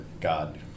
god